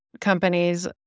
companies